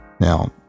Now